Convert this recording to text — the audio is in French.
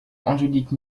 angélique